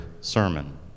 sermon